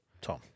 Tom